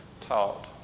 taught